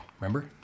Remember